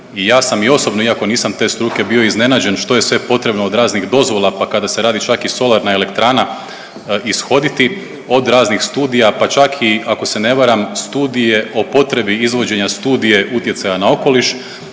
ja sam i osobno, iako nisam te struke, bio iznenađen što je sve potrebno, od raznih dozvola, pa kada se radi čak i solarna elektrana, ishoditi, od raznih studija, pa čak i ako se ne varam, studije o potrebi izvođenja studije utjecaja na okoliš